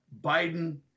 Biden